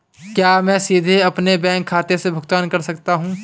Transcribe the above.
क्या मैं सीधे अपने बैंक खाते से भुगतान कर सकता हूं?